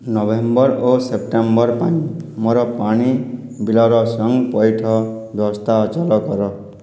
November ଓ September ପାଇଁ ମୋର ପାଣି ବିଲ୍ର ସ୍ଵୟଂ ପଇଠ ବ୍ୟବସ୍ଥା ଅଚଳ କର